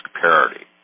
parity